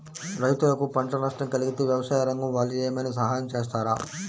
రైతులకు పంట నష్టం కలిగితే వ్యవసాయ రంగం వాళ్ళు ఏమైనా సహాయం చేస్తారా?